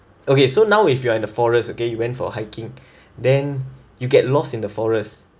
okay so now if you are in the forest okay you went for hiking then you get lost in the forest